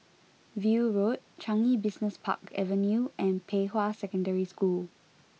View Road Changi Business Park Avenue and Pei Hwa Secondary School